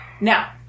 Now